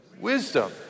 wisdom